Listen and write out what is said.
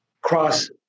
cross